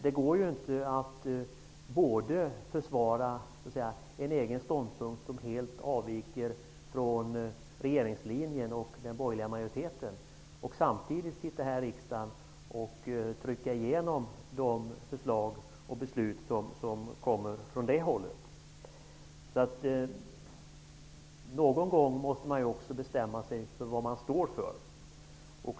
Det går inte att försvara en egen ståndpunkt, som helt avviker från regeringslinjen och den borgerliga majoritetens, och samtidigt sitta här i riksdagen och trycka igenom de förslag som kommer från det hållet. Någon gång måste man bestämma sig för vad man står för.